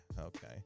Okay